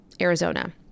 Arizona